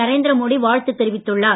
நரேந்திர மோடி வாழ்த்து தெரிவித்துள்ளார்